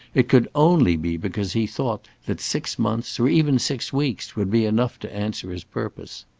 it could only be because he thought that six months, or even six weeks, would be enough to answer his purpose.